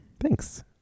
thanks